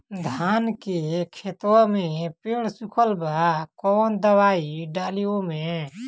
धान के खेतवा मे पेड़ सुखत बा कवन दवाई डाली ओमे?